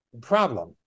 problem